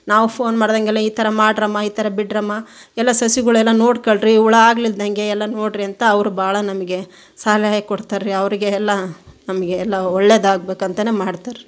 ನಾವು ಫೋನ್ ಮಾಡ್ದಂಗೆಲ್ಲ ಈ ಥರ ಮಾಡ್ರಮ್ಮ ಈ ಥರ ಬಿಡ್ರಮ್ಮ ಎಲ್ಲ ಸಸ್ಯಗಳು ಎಲ್ಲ ನೋಡ್ಕೊಳ್ರಿ ಹುಳ ಆಗ್ಲಿಲ್ದಂಗೆ ಎಲ್ಲ ನೋಡಿರಿ ಅಂತ ಅವರು ಬಹಳ ನಮಗೆ ಸಲಹೆ ಕೊಡ್ತಾರ್ರಿ ಅವರಿಗೆ ಎಲ್ಲ ನಮಗೆ ಎಲ್ಲ ಒಳ್ಳೆದಾಗ್ಬೇಕಂತನೆ ಮಾಡ್ತಾರೆ ರೀ